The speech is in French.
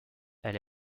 elle